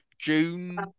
June